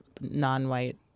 non-white